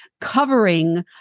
covering